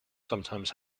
sometimes